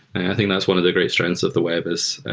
i think that's one of the great strengths of the web, is